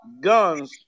Guns